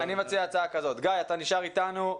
גיא, אתה נשאר איתנו.